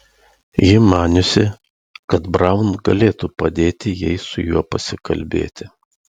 ji maniusi kad braun galėtų padėti jai su juo pasikalbėti